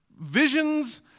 visions